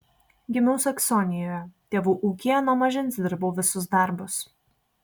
gimiau saksonijoje tėvų ūkyje nuo mažens dirbau visus darbus